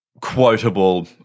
quotable